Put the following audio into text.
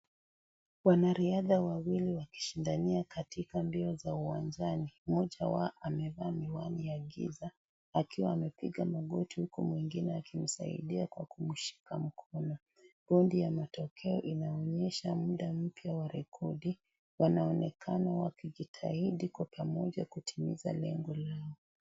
Wanariadha wawili wakishindania katika mbio za uwanjani akiwa amevaa miwani wa giza akiwa amepiga magizi huku mwingine akimsaidia kwa kumshika mkono unatokea bondi wa matokeo inaonyesha mda mpya wa rekodi wanaonekana kujitahidi kwa pamoja kutimiza lengo lao.